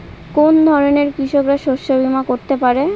কোন ধরনের কৃষকরা শস্য বীমা করতে পারে?